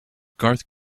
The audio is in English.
garth